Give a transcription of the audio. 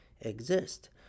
exist